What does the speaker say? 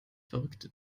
verrückte